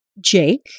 Jake